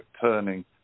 turning